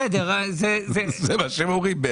זה מה שהם אומרים בעצם.